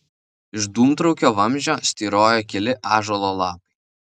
iš dūmtraukio vamzdžio styrojo keli ąžuolo lapai